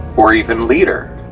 or even leader.